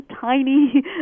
tiny